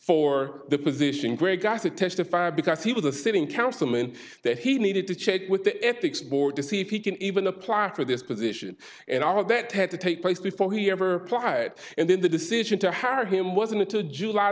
for the position where got to testify because he was a sitting councilman that he needed to check with the ethics board to see if he can even apply for this position and all of that had to take place before he ever applied and then the decision to hire him wasn't to july